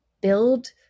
build